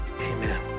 Amen